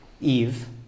Eve